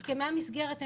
הסכמי המסגרת,